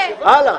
הלאה.